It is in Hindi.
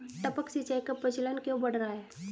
टपक सिंचाई का प्रचलन क्यों बढ़ रहा है?